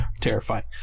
terrifying